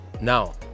Now